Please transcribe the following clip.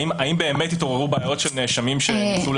האם באמת התעוררו בעיות של נאשמים שניצלו זאת